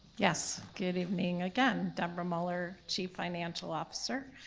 yes, good evening again, debra muller chief financial officer.